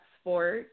sport